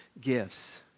gifts